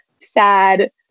sad